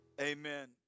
Amen